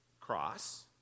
Cross